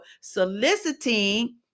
soliciting